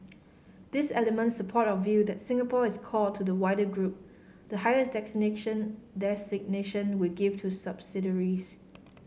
these elements support our view that Singapore is core to the wider group the highest designation we give to subsidiaries